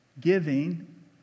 giving